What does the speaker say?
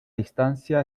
distancia